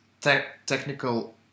technical